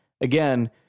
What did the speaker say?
again